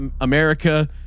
America